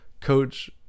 coach